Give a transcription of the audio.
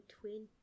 twin